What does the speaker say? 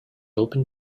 open